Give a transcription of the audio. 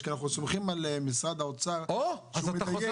כי אנחנו סומכים על משרד האוצר שהוא מדייק בדרך